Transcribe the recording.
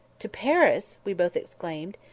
to paris! we both exclaimed.